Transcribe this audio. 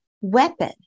weapon